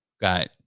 Got